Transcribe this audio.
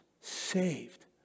saved